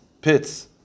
pits